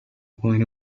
poner